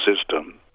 system